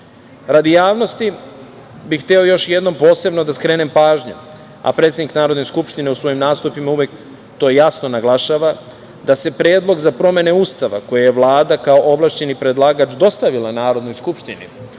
javnosti bih hteo još jednom posebno da skrenem pažnju, a predsednik Narodne skupštine u svojim nastupima uvek to jasno naglašava, da se predlog za promene Ustava koje je Vlada kao ovlašćeni predlagač dostavila Narodnoj skupštini